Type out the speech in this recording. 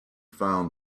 found